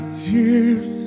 tears